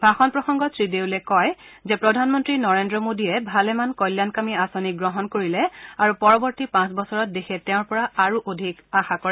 ভাষণ প্ৰসঙ্গত শ্ৰীদেওলে কৈছে যে প্ৰধানমন্ত্ৰী নৰেন্দ্ৰ মোডীয়ে ভালেমান কল্যাণকামী আঁচনি গ্ৰহণ কৰিলে আৰু পৰৱৰ্ত্তী পাঁচ বছৰত দেশে তেওঁৰ পৰা আৰু অধিক আশা কৰে